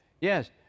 Yes